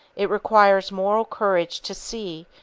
it requires moral courage to see,